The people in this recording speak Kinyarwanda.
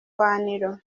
hwaniro